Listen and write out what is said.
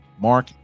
mark